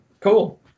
Cool